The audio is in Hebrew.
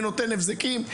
אני נותן הבזקים,